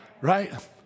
Right